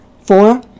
Four